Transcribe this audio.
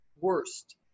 worst